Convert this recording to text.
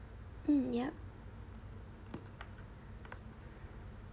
mm yup